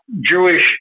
Jewish